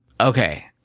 Okay